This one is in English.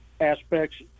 aspects